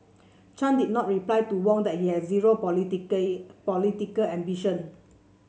Chan did not reply to Wong that he has zero political ambition